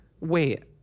Wait